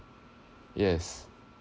yes